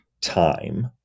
time